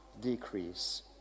decrease